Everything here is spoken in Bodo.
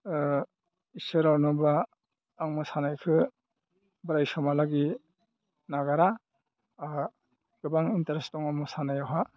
इसोरा अनोब्ला आं मोसानायखौ बोराइ समहालागि नागारा आंहा गोबां इन्थारेस दङ मोसानायावहाय